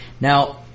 Now